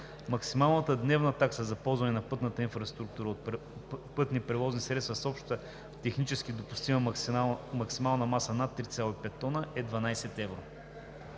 Максималната дневна такса за ползване на пътната инфраструктура от пътните превозни средства с обща технически допустима максимална маса над 3,5 тона е 12 евро.“